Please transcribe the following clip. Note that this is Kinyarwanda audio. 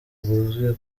bwuzuye